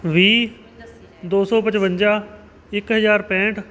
ਵੀਹ ਦੋ ਸੌ ਪਚਵੰਜਾ ਇੱਕ ਹਜ਼ਾਰ ਪੈਂਹਠ